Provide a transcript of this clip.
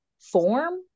form